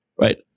right